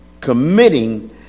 committing